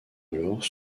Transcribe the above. alors